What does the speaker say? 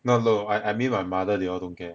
no no I I mean my mother they all don't care